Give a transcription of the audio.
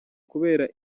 kubera